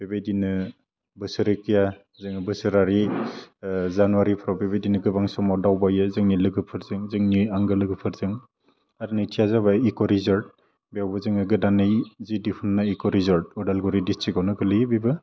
बेबायदिनो बोसोरोखिया जोङो बोसोरारि ओह जानुवारिफ्राव बेबायदिनो गोबां समाव दावबायो जोंनि लोगोफोरजों जोंनि आंगो लोगोफोरजों आर नैथिया जाबाय इक' रिजर्ट बेयावबो जोङो गोदानै जि दिहुन्नाय इक' रिजर्ट उदालगुरि डिसट्रिक्टआवनो गोलैयो बिबो